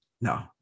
No